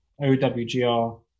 OWGR